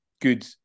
good